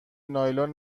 نایلون